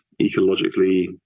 ecologically